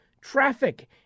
traffic